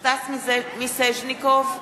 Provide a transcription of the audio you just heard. סטס מיסז'ניקוב,